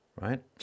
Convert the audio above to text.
Right